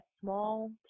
small